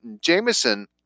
Jameson